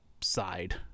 side